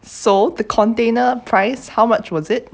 so the container price how much was it